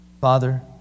Father